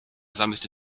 sammelte